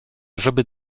żeby